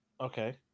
Okay